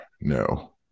No